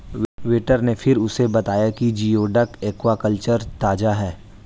waiter ने फिर उसे बताया कि जिओडक एक्वाकल्चर ताजा है